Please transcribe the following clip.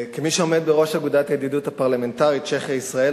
כמי שעומד בראש אגודת הידידות הפרלמנטרית צ'כיה ישראל,